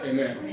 Amen